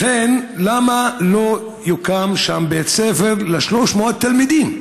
לכן, למה לא יוקם שם בית ספר ל-300 תלמידים?